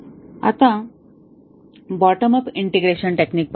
आता bottom up integration technique पाहू